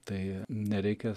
tai nereikia